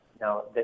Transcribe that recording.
Now